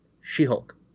She-Hulk